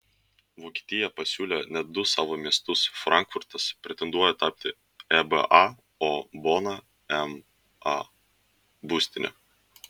vokietija pasiūlė net du savo miestus frankfurtas pretenduoja tapti eba o bona ema būstine